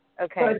Okay